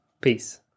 Peace